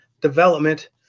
Development